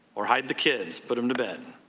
or hide the kids, put them to bed.